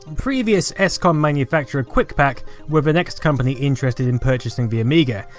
and previous escom manufacturer quikpak were the next company interested in purchasing the amiga,